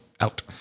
out